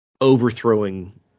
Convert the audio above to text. overthrowing